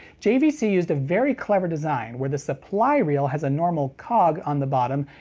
jvc used a very clever design where the supply reel has a normal cog on the bottom,